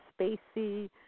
spacey